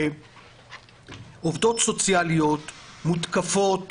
עובדות סוציאליות מותקפות